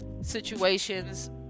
situations